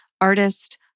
artist